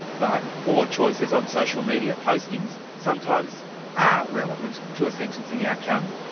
but poor choices on social media postings sometimes are relevant to a sentencing outcome.